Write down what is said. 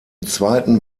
zweiten